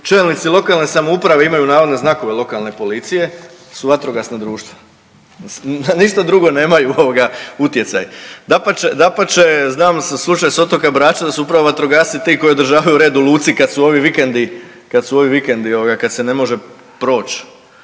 čelnici lokalne samouprave imaju navodne znakove lokalne policije su vatrogasna društva. Na ništa drugo nemaju ovoga utjecaj. Dapače znam slučaj s otoka Brača da su upravo vatrogasci ti koji održavaju red u luci kad su ovi vikendi, kad su ovi